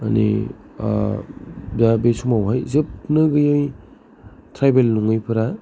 माने दा बे समावहाय जोबनो गैयै ट्राइबेल नङैफ्रा